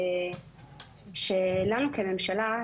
שלנו כממשלה,